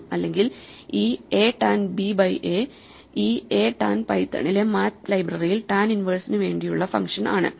അല്ലെങ്കിൽ ഈ A tan B by A ഈ എ ടാൻ പൈത്തണിലെ മാത്ത് ലൈബ്രറിയിൽ ടാൻ ഇൻവേഴ്സിന് വേണ്ടിയുള്ള ഫങ്ഷൻ ആണ്